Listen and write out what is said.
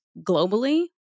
globally